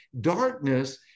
darkness